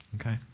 Okay